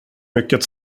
mycket